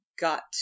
got